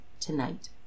tonight